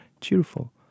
cheerful